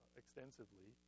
extensively